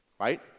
Right